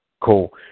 Cool